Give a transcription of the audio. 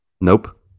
Nope